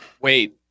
Wait